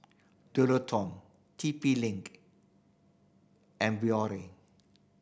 Dualtron T P Link and